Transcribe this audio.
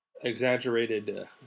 Exaggerated